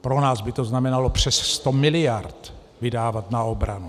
Pro nás by to znamenalo přes 100 miliard vydávat na obranu.